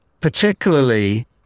particularly